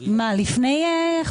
נמצא במתווה של עליית ריבית.